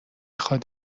خواد